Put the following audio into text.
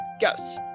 Ghosts